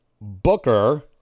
Booker